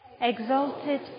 Exalted